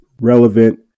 relevant